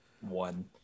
one